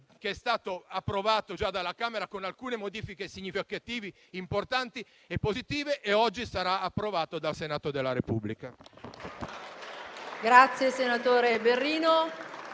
che è stato già approvato dalla Camera con alcune modifiche significative, importanti e positive, e che oggi sarà approvato dal Senato della Repubblica.